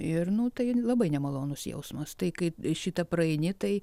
ir nu tai labai nemalonus jausmas tai kai šitą praeini tai